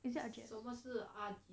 is it R_G_S